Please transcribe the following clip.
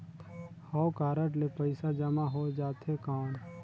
हव कारड ले पइसा जमा हो जाथे कौन?